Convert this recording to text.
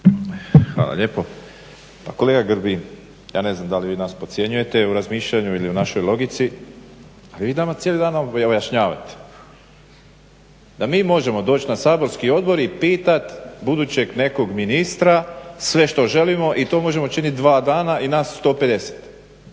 Hvala lijepo. Pa kolega Grbin, ja ne znam da li vi nas podcjenjujete u razmišljanju ili u našoj logici, vi nama cijeli dan objašnjavate da mi možemo doći na saborski odbor i pitat budućeg nekog ministra sve što želimo i to možemo činit dva dana i nas 150,